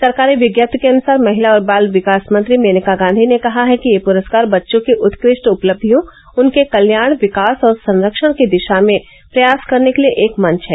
सरकारी विज्ञप्ति के अनुसार महिला और बाल विकास मंत्री मेनका गांधी ने कहा है कि ये प्रस्कार बच्चों की उत्कृष्ट उपलब्धियों उनके कल्याण विकास और संरक्षण की दिशा में प्रयास करने के लिए एक मंच है